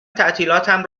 تعطیلاتم